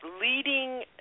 leading